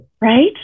Right